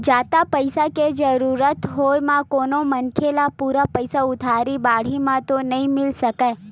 जादा पइसा के जरुरत होय म कोनो मनखे ल पूरा पइसा उधारी बाड़ही म तो नइ मिल सकय